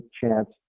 chance